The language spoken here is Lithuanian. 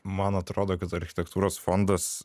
man atrodo kad architektūros fondas